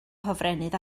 hofrennydd